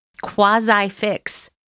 quasi-fix